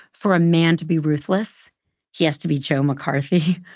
for a man to be ruthless he has to be joe mccarthy.